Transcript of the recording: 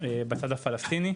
בצד הפלסטיני,